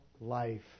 life